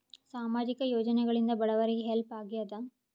ಸಾಮಾಜಿಕ ಯೋಜನೆಗಳಿಂದ ಬಡವರಿಗೆ ಹೆಲ್ಪ್ ಆಗ್ಯಾದ?